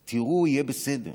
תראו, יהיה בסדר.